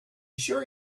sure